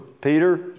Peter